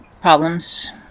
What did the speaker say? problems